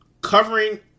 covering